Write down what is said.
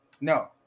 No